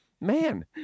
Man